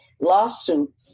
lawsuit